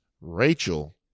Rachel